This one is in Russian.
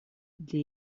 для